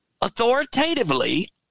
authoritatively